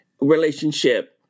relationship